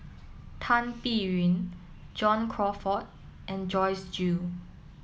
Tan Biyun John Crawfurd and Joyce Jue